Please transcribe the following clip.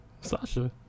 Sasha